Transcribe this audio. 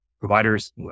Providers